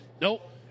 Nope